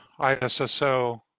ISSO